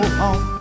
home